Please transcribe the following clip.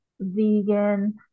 vegan